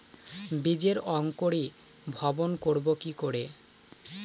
বীজের অঙ্কোরি ভবন করব কিকরে?